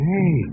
Hey